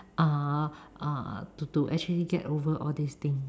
uh uh to to actually get over all these thing